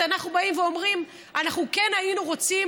אנחנו באים ואומרים: אנחנו כן היינו רוצים